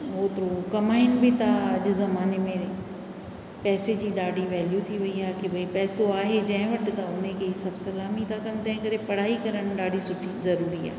ओतिरो कमाइनि बि था अॼ जे ज़माने में पैसे जी ॾाढी वेल्यू थी वई आहे की भई पैसो आहे जंहिं वटि उने खे ई सभु सलामी था कनि तंहिं करे पढ़ाई करणु ॾाढी सुठी ज़रूरी आ्हे